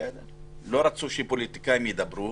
לא רצו שפוליטיקאים ידברו,